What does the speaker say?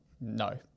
no